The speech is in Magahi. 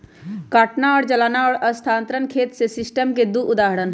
काटना और जलाना और स्थानांतरण खेत इस सिस्टम के दु उदाहरण हई